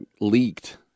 leaked